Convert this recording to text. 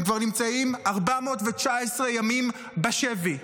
הם כבר נמצאים 419 ימים בשבי.